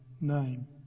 name